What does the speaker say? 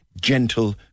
gentle